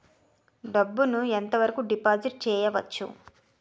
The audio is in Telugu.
డబ్బు ను ఎంత వరకు డిపాజిట్ చేయవచ్చు?